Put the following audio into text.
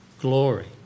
glory